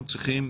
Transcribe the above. אנחנו צריכים,